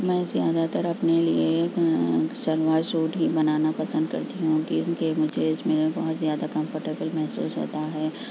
میں زیادہ تر اپنے لیے شلوار سوٹ ہی بنانا پسند کرتی ہوں کیونکہ مجھے اس میں بہت زیادہ کمفرٹیبل محسوس ہوتا ہے